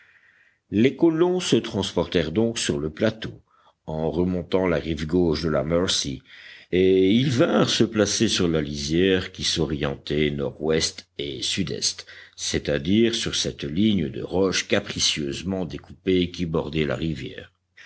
les colons se transportèrent donc sur le plateau en remontant la rive gauche de la mercy et ils vinrent se placer sur la lisière qui s'orientait nord-ouest et sud-est c'est-à-dire sur cette ligne de roches capricieusement découpées qui bordait la rivière